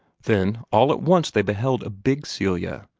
then all at once they beheld a big celia,